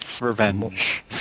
Revenge